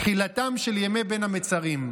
תחילתם של ימי בין המצרים.